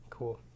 Cool